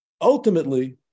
ultimately